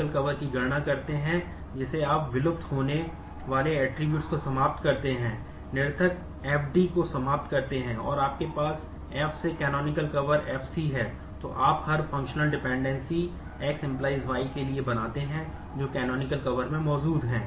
decomposition में मौजूद है